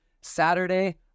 Saturday